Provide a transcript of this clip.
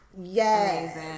Yes